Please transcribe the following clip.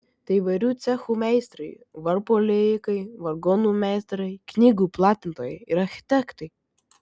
tai įvairių cechų meistrai varpų liejikai vargonų meistrai knygų platintojai ir architektai